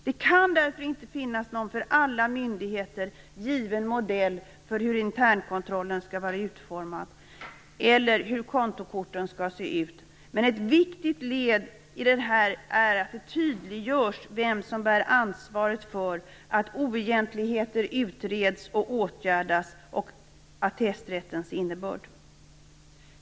Det kan därför inte finnas någon för alla myndigheter given modell för hur internkontrollen skall vara utformad eller hur kontokorten skall se ut. Men ett viktigt led i det här är att det tydliggörs vem som bär ansvaret för att oegentligheter utreds och åtgärdas och attesträttens innebörd.